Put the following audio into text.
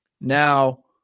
Now